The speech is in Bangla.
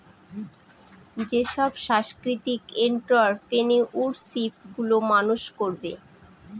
যেসব সাংস্কৃতিক এন্ট্ররপ্রেনিউরশিপ গুলো মানুষ করবে